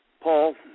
Paul